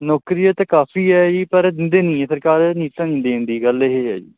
ਨੌਕਰੀਆਂ ਤਾਂ ਕਾਫੀ ਹੈ ਜੀ ਪਰ ਦਿੰਦੇ ਨਹੀਂ ਸਰਕਾਰ ਨੀਤ ਨਹੀਂ ਦੇਣ ਦੀ ਗੱਲ ਇਹ ਹੈ ਜੀ